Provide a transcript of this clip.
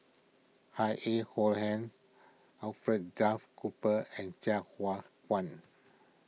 Cohen Alfred Duff Cooper and Sai Hua Kuan